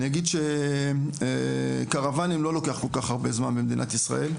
אני אגיד שקרוואנים לא לוקח כל כך הרבה זמן במדינת ישראל,